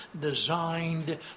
designed